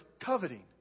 coveting